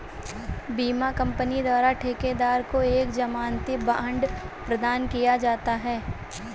बीमा कंपनी द्वारा ठेकेदार को एक जमानती बांड प्रदान किया जाता है